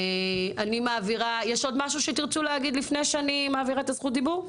יש עוד משהו שתרצו להגיד לפני שאני מעבירה את זכות הדיבור?